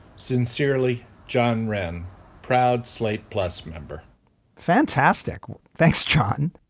sincerely john wren proud slate plus member fantastic thanks john.